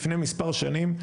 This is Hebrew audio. לפני מספר שנים,